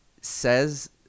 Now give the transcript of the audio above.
says